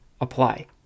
apply